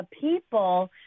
people